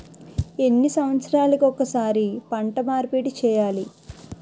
ఎన్ని సంవత్సరాలకి ఒక్కసారి పంట మార్పిడి చేయాలి?